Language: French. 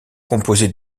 composée